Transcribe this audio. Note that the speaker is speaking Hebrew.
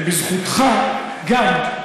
ובזכותך גם.